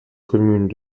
communes